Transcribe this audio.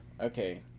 Okay